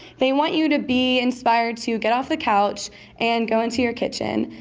they want you to be inspired to get off the couch and go into your kitchen.